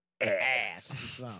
Ass